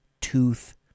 tooth